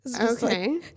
Okay